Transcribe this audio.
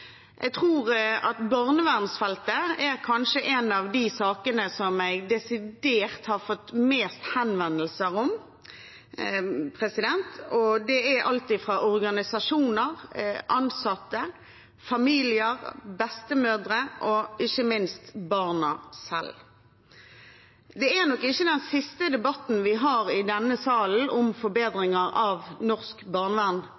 Jeg tror at barnevernsfeltet kanskje er av de sakene jeg har fått desidert mest henvendelser om. Det er alt fra organisasjoner, ansatte, familier, bestemødre og ikke minst barna selv. Dette er nok ikke den siste debatten man har i denne salen om forbedringer av norsk barnevern,